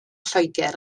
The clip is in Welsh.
lloegr